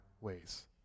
ways